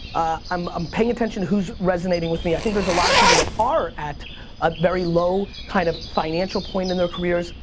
i'm um paying attention to who's resonating with me. i think there's a lot of people that are at a very low kind of financial point in their careers.